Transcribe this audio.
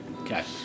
Okay